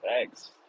Thanks